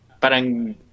parang